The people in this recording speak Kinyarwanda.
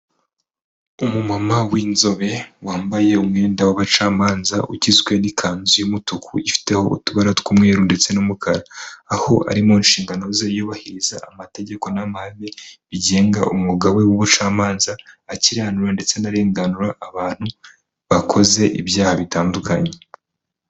Umumama w'inzobe, wambaye umwenda w'abacamanza, ugizwe n'ikanzu y'umutuku, ifiteho utubara tw'umweru ndetse n'umukara, aho ari mu nshingano ze, yubahiriza amategeko n'amahame bigenga umwuga we w'ubucamanza, akiranura ndetse anarenganura abantu, bakoze ibyaha bitandukanye.